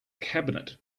cabinet